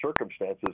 circumstances